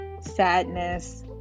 sadness